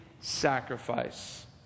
sacrifice